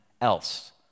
else